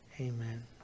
Amen